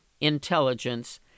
intelligence